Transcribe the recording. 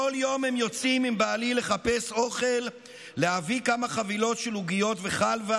גם החטופים שאוכלים חצי פיתה.